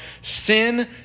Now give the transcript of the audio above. sin